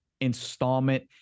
installment